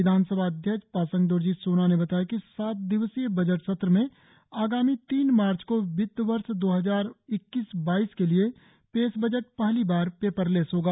विधानसभा अध्यक्ष पासांग दोरजी सोना ने बताया कि सात दिवसीय बजट सत्र में आगामी तीन मार्च को वित्त वर्ष दो हजार इक्कीस बाईस के लिए पेश बजट पहली बार पेपर लेस होगा